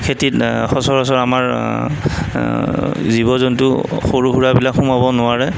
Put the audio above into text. খেতিত সচৰাচৰ আমাৰ জীৱ জন্তু সৰু সুৰাবিলাক সোমাব নোৱাৰে